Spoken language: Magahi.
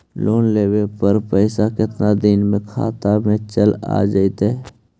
लोन लेब पर पैसा कितना दिन में खाता में चल आ जैताई?